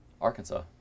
Arkansas